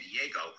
Diego